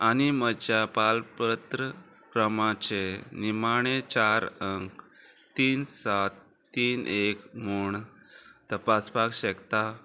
आनी म्हज्या पारपत्र क्रमांचे निमाणें चार अंक तीन सात तीन एक म्हूण तपासपाक शकता